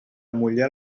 muller